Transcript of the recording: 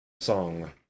song